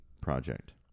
project